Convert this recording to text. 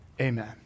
amen